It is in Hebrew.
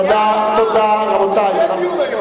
תודה, רבותי.